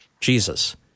Jesus